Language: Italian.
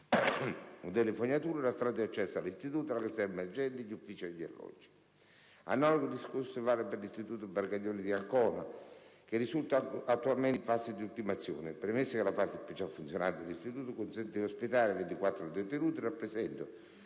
delle fognature, la strada di accesso all'istituto, la caserma agenti, gli uffici e gli alloggi. Analogo discorso vale per l'istituto Barcaglione di Ancona, che risulta attualmente in fase di ultimazione. Premesso che la parte già funzionante dell'istituto consente di poter ospitare 24 detenuti, rappresento